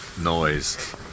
noise